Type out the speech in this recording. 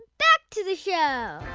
back to the show